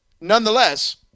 nonetheless